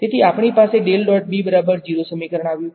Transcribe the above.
તેથી આપણી પાસે સમીકરણ આવ્યું